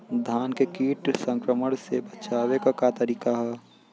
धान के कीट संक्रमण से बचावे क का तरीका ह?